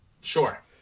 Sure